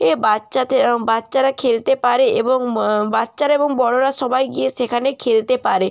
এ বাচ্চাদের এরম বাচ্চারা খেলতে পারে এবং মা বাচ্চারা এবং বড়োরা সবাই গিয়ে সেখানে খেলতে পারে